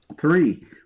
three